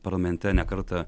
parlamente ne kartą